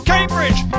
Cambridge